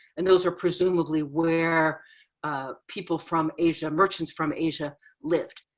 and those are presumably where ah people from asia merchants from asia lived.